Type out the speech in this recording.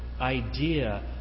idea